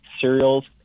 cereals